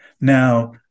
Now